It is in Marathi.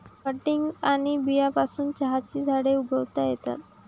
कटिंग्ज आणि बियांपासून चहाची झाडे उगवता येतात